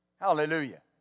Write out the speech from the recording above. Hallelujah